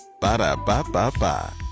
Ba-da-ba-ba-ba